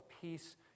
peace